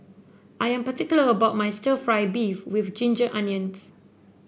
I am particular about my stir fry beef with Ginger Onions